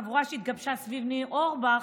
החבורה שהתגבשה סביב ניר אורבך,